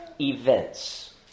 events